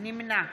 נמנע